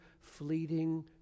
fleeting